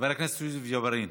חבר הכנסת יוסף ג'בארין,